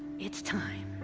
it's time.